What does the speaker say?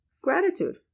gratitude